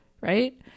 right